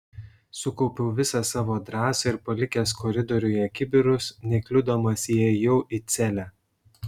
sukaupiau visą savo drąsą ir palikęs koridoriuje kibirus nekliudomas įėjau į celę